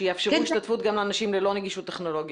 שיאפשרו השתתפות גם לאנשים ללא נגישות טכנולוגית.